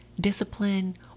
discipline